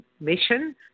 mission